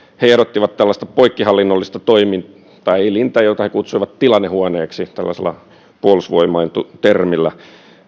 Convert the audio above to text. he ehdottivat tällaista poikkihallinnollista toimielintä jota he kutsuivat tilannehuoneeksi tällaisella puolustusvoimain termillä